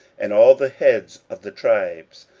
and all the heads of the tribes,